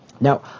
Now